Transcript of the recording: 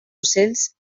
ocells